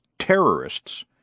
terrorists